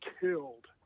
killed